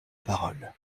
parole